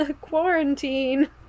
quarantine